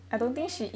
really meh